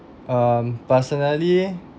um personally